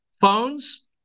phones